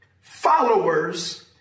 followers